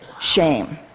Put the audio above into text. Shame